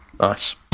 Nice